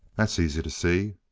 that's easy to see.